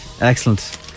Excellent